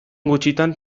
gutxitan